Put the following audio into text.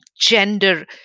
gender